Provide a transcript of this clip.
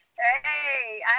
Hey